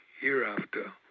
hereafter